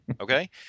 Okay